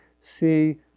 see